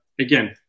again